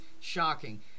shocking